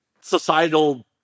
societal